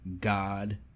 God